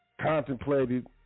contemplated